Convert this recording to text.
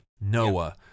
Noah